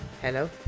Hello